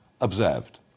observed